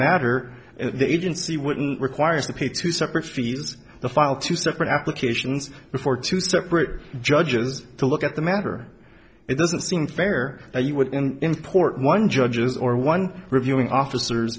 matter the agency wouldn't require us to pay two separate feeds the final two separate applications before two separate judges to look at the matter it doesn't seem fair that you would import one judges or one reviewing officers